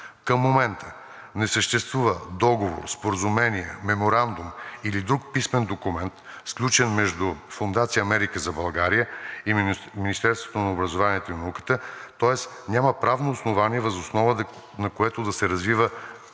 Към момента не съществува договор, споразумение, меморандум или друг писмен документ, сключен между Фондация „Америка за България“ и Министерството на образованието и науката, тоест няма правно основание, въз основа на което да се развива